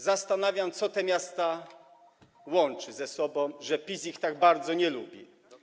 Zastanawiam się, co te miasta łączy ze sobą, że PiS ich tak bardzo nie lubi.